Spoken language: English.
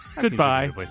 Goodbye